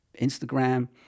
instagram